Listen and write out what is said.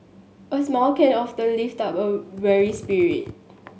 a smile can often lift up a weary spirit